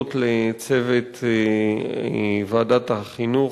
להודות לצוות ועדת החינוך,